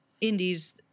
indies